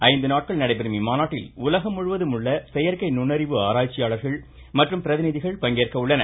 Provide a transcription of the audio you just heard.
ஐந்து நாட்கள் நடைபெறும் இம்மாநாட்டில் உலகம் முழுவதும் உள்ள செயற்கை நுண்ணறிவு ஆராய்ச்சியாளர்கள் மற்றும் பிரதிநிதிகள் பங்கேற்க உள்ளனர்